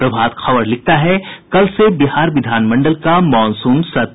प्रभात खबर लिखता है कल से बिहार विधानमंडल का मॉनसून सत्र